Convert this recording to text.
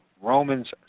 Romans